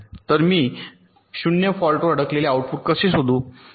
तर मी 0 फॉल्टवर अडकलेले आउटपुट कसे शोधू